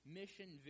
mission